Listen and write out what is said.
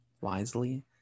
wisely